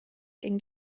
ging